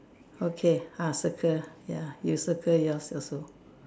okay ah circle ya you circle yours also